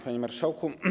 Panie Marszałku!